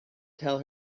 tell